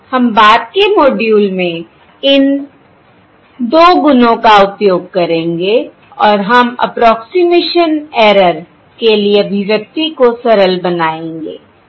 हम बाद के मॉड्यूल में इन दो गुणों का उपयोग करेंगे और हम 'अप्रोक्सिमेशन ऐरर' 'approximation error' के लिए अभिव्यक्ति को सरल बनाएंगे ठीक है